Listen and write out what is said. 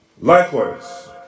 Likewise